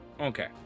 Okay